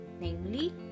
namely